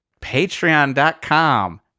Patreon.com